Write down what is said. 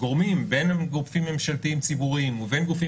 גורמים בין אם גופים ממשלתיים ציבוריים ובין גופים